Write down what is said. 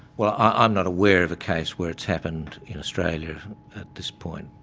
well, i'm not aware of a case where it has happened in australia at this point.